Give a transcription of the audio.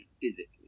physically